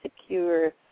secure